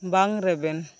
ᱵᱟᱝ ᱨᱮᱵᱮᱱ